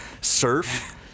Surf